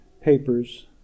papers